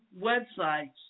websites